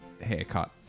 haircut